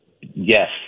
Yes